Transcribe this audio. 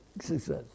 success